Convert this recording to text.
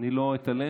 אני לא אתעלם.